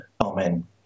Amen